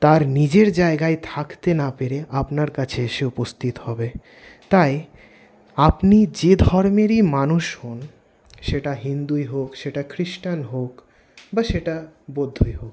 তার নিজের জায়গায় থাকতে না পেরে আপনার কাছে এসে উপস্থিত হবে তাই আপনি যে ধর্মেরই মানুষ হন সেটা হিন্দুই হোক সেটা খ্রিস্টান হোক বা সেটা বৌদ্ধই হোক